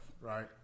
right